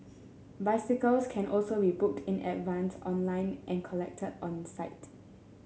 bicycles can also be booked in advance online and collected on site